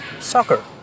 soccer